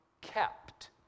kept